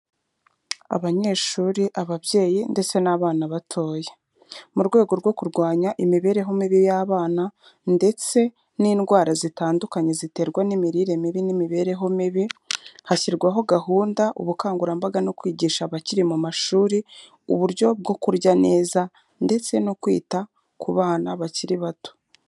Abanyeshuri, ababyeyi ndetse n'abana batoya, mu rwego rwo kurwanya imibereho mibi y'abana ndetse n'indwara zitandukanye ziterwa n'imirire mibi n'imibereho mibi, hashyirwaho gahunda, ubukangurambaga no kwigisha abakiri mu mashuri uburyo bwo kurya neza ndetse no kwita ku bana bakiri bato.